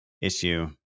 issue